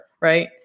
Right